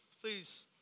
Please